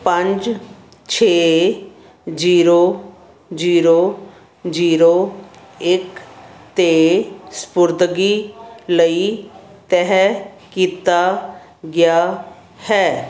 ਪੰਜ ਛੇ zero zero zero ਇੱਕ 'ਤੇ ਸਪੁਰਦਗੀ ਲਈ ਤਹਿ ਕੀਤਾ ਗਿਆ ਹੈ